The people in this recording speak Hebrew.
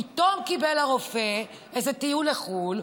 פתאום קיבל הרופא איזה טיול לחו"ל,